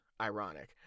ironic